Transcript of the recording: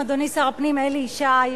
אדוני שר הפנים אלי ישי,